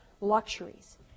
luxuries